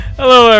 hello